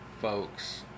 folks